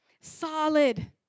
solid